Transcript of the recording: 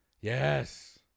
Yes